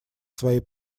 своей